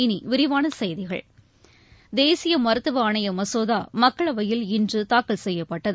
இனிவிரிவானசெய்திகள் தேசியமருத்துவஆணையமசோதாமக்களவையில் இன்றுதாக்கல் செய்யப்பட்டது